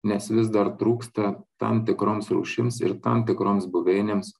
nes vis dar trūksta tam tikroms rūšims ir tam tikroms buveinėms